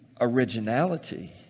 originality